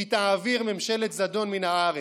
כי תעביר ממשלת זדון מן הארץ.